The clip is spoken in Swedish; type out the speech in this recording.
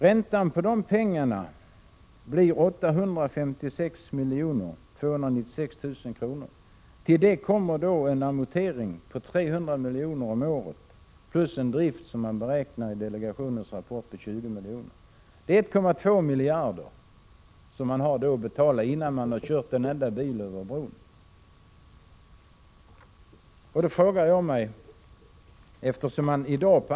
Räntan blir 856 296 000 kr. Till detta kommer en amortering på 300 miljoner om året plus en driftkostnad som i delegationens rapport beräknas till 20 miljoner. Man har alltså att betala 1,2 miljoner innan en enda bil har kört över bron.